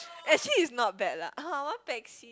actually is not bad lah I want Pepsi